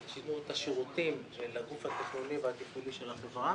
שייתנו את השירותים לגוף התכנוני והתפעולי של החברה.